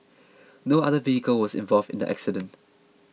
no other vehicle was involved in the accident